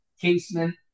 casement